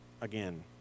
again